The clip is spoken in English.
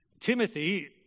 Timothy